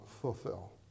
fulfill